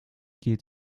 geht